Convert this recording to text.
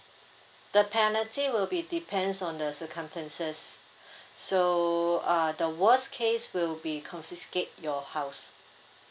the penalty will be depends on the circumstances so uh the worst case will be confiscate your house